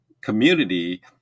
community